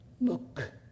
Look